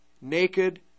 naked